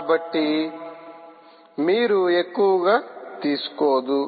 కాబట్టి మీరు ఎక్కువగా తీసుకోదు